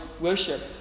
worship